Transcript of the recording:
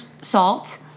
salt